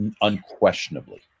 Unquestionably